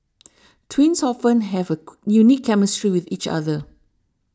twins often have a unique chemistry with each other